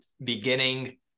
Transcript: beginning